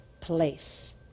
place